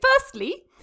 Firstly